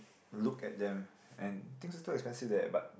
look at them and things are too expensive there but